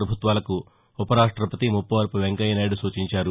ప్రభుత్వాలకు ఉపరాష్టపతి ముప్పవరపు వెంకయ్య నాయుడు సూచించారు